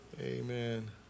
Amen